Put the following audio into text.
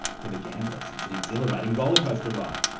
for the gamblers, it's an exhilarating rollercoaster rider.